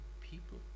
people